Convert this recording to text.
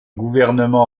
gouvernement